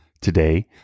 Today